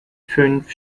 fünf